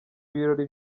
ibirori